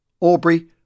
Aubrey